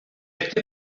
este